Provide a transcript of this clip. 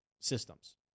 systems